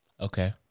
Okay